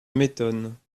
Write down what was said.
m’étonne